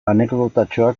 anekdotatxoa